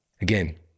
Again